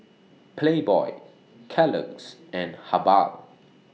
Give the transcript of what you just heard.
Playboy Kellogg's and Habhal